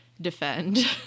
defend